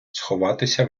сховатися